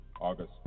August